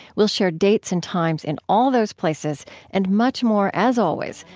we'll share dates and times in all those places and much more as always.